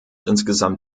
insgesamt